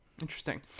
interesting